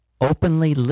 openly